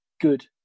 good